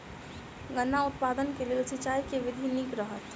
गन्ना उत्पादन केँ लेल सिंचाईक केँ विधि नीक रहत?